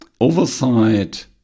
oversight